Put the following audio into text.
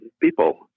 people